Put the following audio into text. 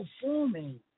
performing